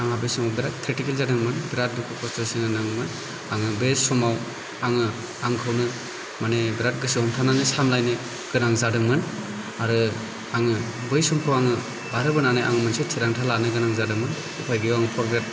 आंहा बे समाव बेराद क्रिटिक्ल जादोंमोन बेराद दुखु कस्त सहायनांगौ जादोंमोन आंङो बे समाव आंङो आंखौनो मानि बेराद गोसोआव हमथानानै सामब्लायनो गोनां जादोंमोन आरो आंङो बै समखौ आंङो बारहोबोनानै आंङो मोनसे थिरांथा लानो गोनां जादोंमोन उपाय गैयैआव आं फर ग्रेड